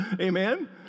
Amen